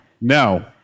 no